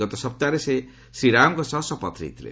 ଗତ ସପ୍ତାହରେ ସେ ଶ୍ରୀରାଓଙ୍କ ସହ ଶପଥ ନେଇଥିଲେ